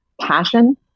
passion